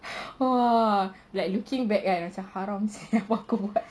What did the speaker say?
!wah! like looking back right macam haram sia aku buat semua